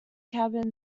cabin